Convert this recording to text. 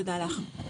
תודה לך.